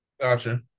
Gotcha